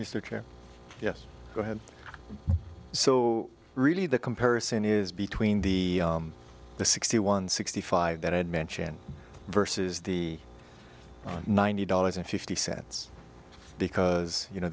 researcher yes go ahead so really the comparison is between the the sixty one sixty five that i had mentioned versus the ninety dollars and fifty cents because you know